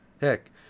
Heck